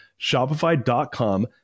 Shopify.com